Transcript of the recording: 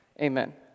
Amen